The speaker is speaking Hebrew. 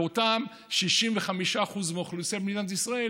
לאותם 65% מהאוכלוסייה במדינת ישראל